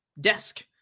desk